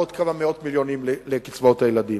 ועוד כמה מאות מיליונים לקצבאות הילדים.